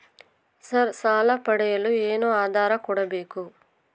Sir ಸಾಲ ಪಡೆಯಲು ಏನು ಆಧಾರ ಕೋಡಬೇಕು?